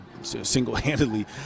single-handedly